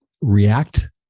react